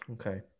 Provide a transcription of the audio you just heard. Okay